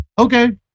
okay